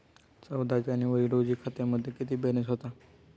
चौदा जानेवारी रोजी खात्यामध्ये किती बॅलन्स होता?